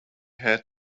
had